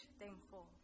thankful